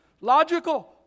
Logical